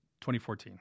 2014